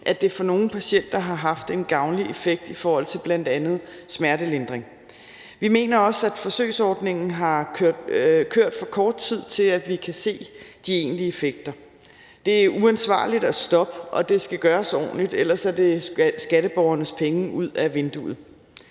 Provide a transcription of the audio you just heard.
at det for nogle patienter har haft en gavnlig effekt i forhold til bl.a. smertelindring. Vi mener også, at forsøgsordningen har kørt for kort tid til, at vi kan se de egentlige effekter. Det er uansvarligt at stoppe, og det skal gøres ordentligt, ellers er det skatteborgernes penge ud ad vinduet.